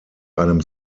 einem